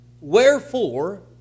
Wherefore